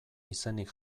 izenik